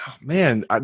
Man